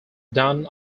done